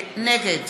נגד